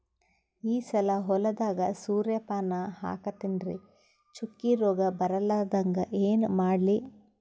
ಈ ಸಲ ಹೊಲದಾಗ ಸೂರ್ಯಪಾನ ಹಾಕತಿನರಿ, ಚುಕ್ಕಿ ರೋಗ ಬರಲಾರದಂಗ ಏನ ಮಾಡ್ಲಿ?